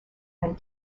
and